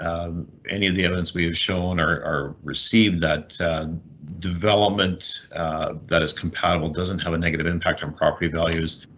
any of the evidence we have shown our received that development that is compatible doesn't have a negative impact on property values.